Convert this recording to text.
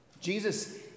Jesus